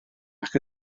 nac